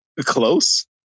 close